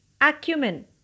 acumen